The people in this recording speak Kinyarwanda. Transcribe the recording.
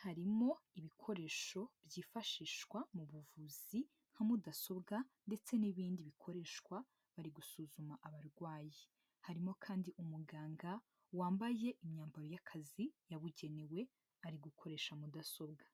Harimo ibikoresho byifashishwa mu buvuzi nka mudasobwa ndetse n'ibindi bikoreshwa bari gusuzuma abarwayi. Harimo kandi umuganga wambaye imyambaro y'akazi yabugenewe ari gukoresha mudasobwa.